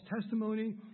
testimony